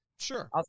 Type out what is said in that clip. Sure